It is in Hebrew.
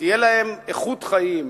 שתהיה להם איכות חיים.